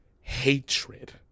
Hatred